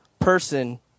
person